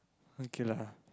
okay lah